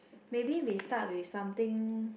maybe we start with something